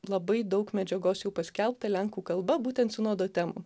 labai daug medžiagos jau paskelbta lenkų kalba būtent sinodo temų